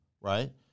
right